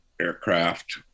aircraft